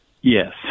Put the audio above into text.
yes